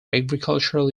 agricultural